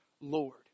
Lord